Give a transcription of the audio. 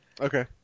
Okay